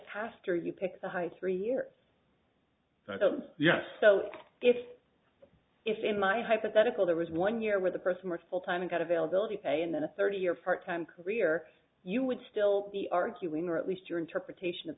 pastor you pick a high three year yes so if if in my hypothetical there was one year with a person with full time and got availability pay and then a thirty year part time career you would still be arguing or at least your interpretation